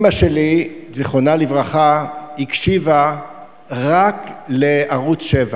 אמא שלי, זיכרונה לברכה, הקשיבה רק לערוץ-7.